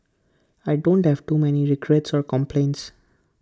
I don't have too many regrets or complaints